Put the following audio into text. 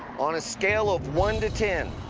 on a scale of one to ten,